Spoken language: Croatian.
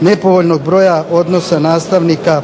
nepovoljnog broja odnosa nastavnika.